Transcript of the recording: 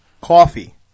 Coffee